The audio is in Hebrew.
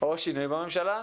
או שינויים בממשלה,